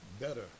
better